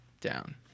down